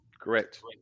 Correct